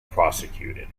prosecuted